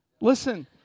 listen